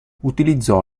utilizzò